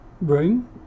room